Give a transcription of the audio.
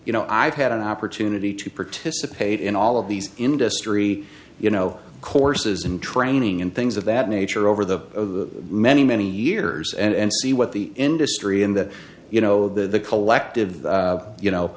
you know i've had an opportunity to participate in all of these industry you know courses and training and things of that nature over the many many years and see what the industry in that you know the collective you know